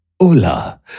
hola